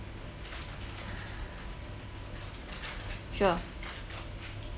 sure